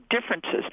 differences